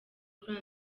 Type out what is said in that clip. kuri